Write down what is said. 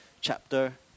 chapter